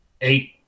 eight